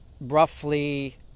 roughly